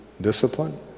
discipline